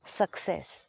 success